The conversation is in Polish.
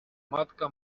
matka